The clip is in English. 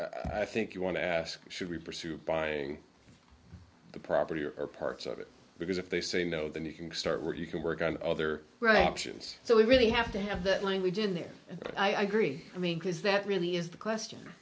i think you want to ask should we pursue buying the property or parts of it because if they say no then you can start where you can work on other right actions so we really have to have that language in there i agree i mean because that really is the question